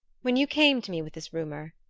when you came to me with this rumor,